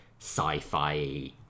sci-fi